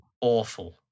awful